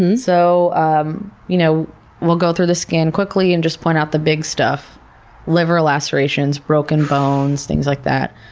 and so um you know we'll go through the scan quickly and just point out the big stuff liver lacerations, broken bones, things like that,